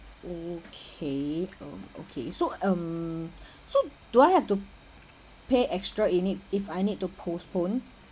okay mm okay so um so do I have to pay extra in it need if I need to postpone